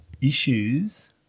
issues